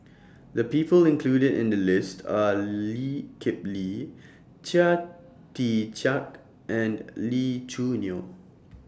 The People included in The list Are Lee Kip Lee Chia Tee Chiak and Lee Choo Neo